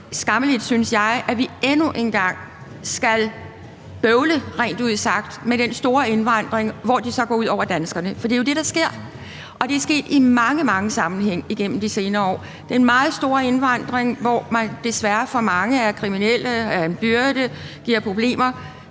skammeligt, synes jeg, at vi endnu en gang rent ud sagt skal bøvle med den store indvandring, som så går ud over danskerne. For det er jo det, der sker, og det er sket i mange, mange sammenhænge igennem de senere år. Den meget store indvandring, hvor mange desværre for mange er kriminelle og er en byrde og giver problemer,